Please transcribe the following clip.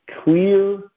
clear